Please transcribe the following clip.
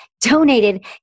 donated